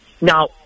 Now